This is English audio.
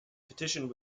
petition